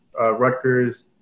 Rutgers